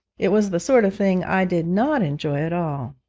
it was the sort of thing i did not enjoy at all.